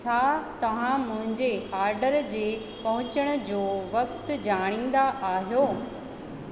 छा तव्हां मुंहिंजे ऑडर जे पहुचण जो वक़्ति जाणींदा आहियो